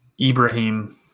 Ibrahim